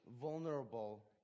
vulnerable